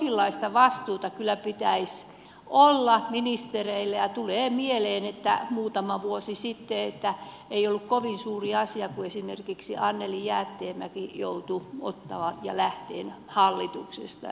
jonkinlaista vastuuta kyllä pitäisi olla ministereillä ja tulee mieleen että muutama vuosi sitten ei ollut kovin suuri asia kun esimerkiksi anneli jäätteenmäki joutui ottamaan ja lähtemään hallituksesta